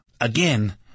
again